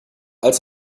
als